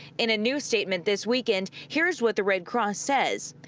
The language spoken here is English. in a new statement this weekend, here's what the red cross says.